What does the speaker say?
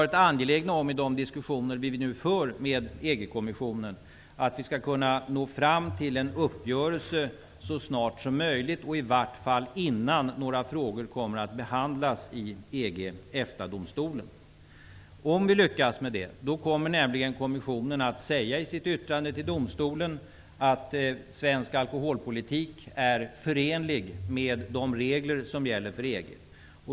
I de diskussioner vi nu för med EG-kommissionen har vi därför varit angelägna om att nå fram till en uppgörelse så snart som möjligt, innan några frågor behandlas i Om vi lyckas med det kommer nämligen kommissionen att i sitt yttrande till domstolen säga att svensk alkoholpolitik är förenlig med de regler som gäller för EG.